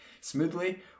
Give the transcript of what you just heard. smoothly